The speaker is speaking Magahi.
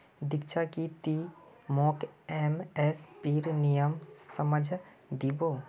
दीक्षा की ती मोक एम.एस.पीर नियम समझइ दी बो